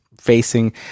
facing